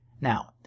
Now